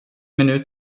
minut